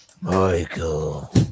Michael